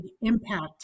impact